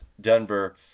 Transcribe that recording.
Denver